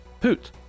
Poot